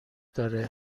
داره